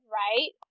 right